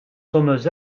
sommes